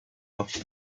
mains